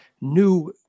new